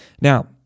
Now